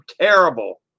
terrible